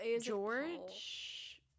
George